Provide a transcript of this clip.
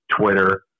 Twitter